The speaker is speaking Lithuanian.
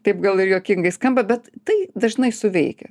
taip gal ir juokingai skamba bet tai dažnai suveikia